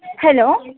hello